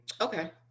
okay